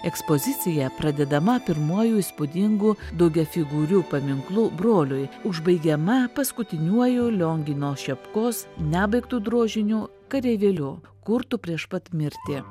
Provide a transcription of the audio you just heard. ekspozicija pradedama pirmuoju įspūdingu daugiafigūriu paminklu broliui užbaigiama paskutiniuoju liongino šepkos nebaigtu drožiniu kareivėliu kurtu prieš pat mirtį